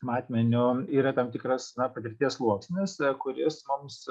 matmeniu yra tam tikras na patirties sluoksnis kuris mums